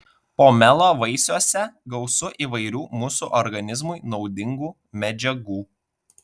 pomelo vaisiuose gausu įvairių mūsų organizmui naudingų medžiagų